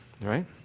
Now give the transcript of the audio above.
right